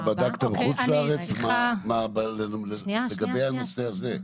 אתה בדקת בחוץ לארץ לגבי הנושא הזה?